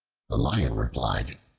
the lion replied,